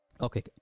Okay